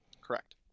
Correct